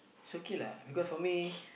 it's okay lah because for me